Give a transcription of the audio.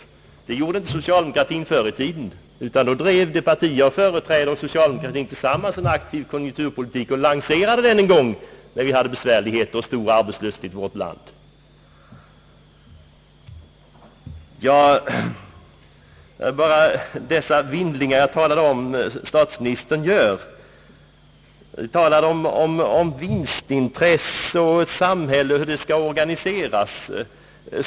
Detta gjorde inte socialdemokraterna förr i tiden, utan då drev det parti jag företräder och socialdemokraterna tillsammans en aktiv konjunkturpolitik, som vi lanserade när det rådde stora besvärligheter och arbetslöshet i vårt land. Jag nämnde i början av mitt anförande något om de vindlingar som statsministern gjorde när han talade om vinstintresse och om hur ett samhälle bör organiseras.